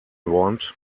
want